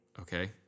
okay